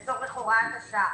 לצורך הוראת השעה,